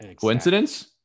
Coincidence